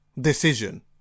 decision